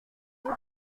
vous